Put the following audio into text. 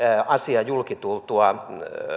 asian julki tultua